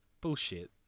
Bullshit